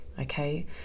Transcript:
okay